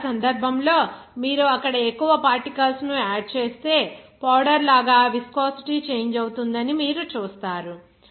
కాబట్టి ఆ సందర్భంలో మీరు అక్కడ ఎక్కువ పార్టికల్స్ ను ఆడ్ చేస్తే పౌడర్ లాగా విస్కోసిటీ చేంజ్ అవుతుందని మీరు చూస్తారు